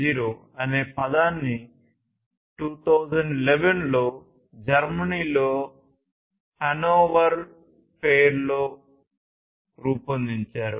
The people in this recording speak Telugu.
0 అనే పదాన్ని 2011 లో జర్మనీలోని హన్నోవర్ ఫెయిర్లో రూపొందించారు